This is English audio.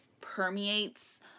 permeates